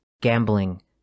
gambling